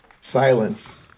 Silence